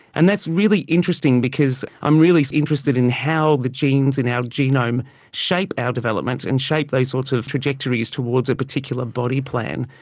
and that's really interesting because i'm really interested in how the genes in our genome shape our development and shape those sorts of trajectories towards a particular body plan.